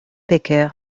becker